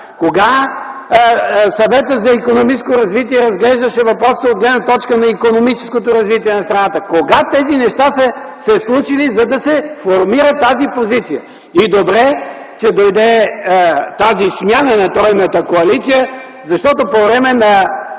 Кога Съветът за икономическо развитие разглеждаше въпросите от гледна точка на икономическото развитие на страната? Кога тези неща са се случили, за да се формира тази позиция? Добре, че дойде тази смяна на тройната коалиция, защото по време на